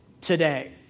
today